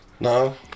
No